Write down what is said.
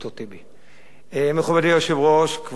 מכובדי היושב-ראש, כבוד השר, כנסת נכבדה,